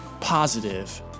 positive